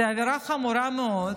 זו עבירה חמורה מאוד.